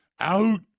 Out